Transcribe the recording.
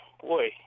boy